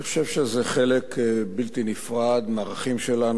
אני חושב שזה חלק בלתי נפרד מהערכים שלנו.